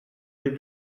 their